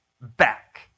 back